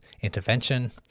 intervention